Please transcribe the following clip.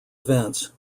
events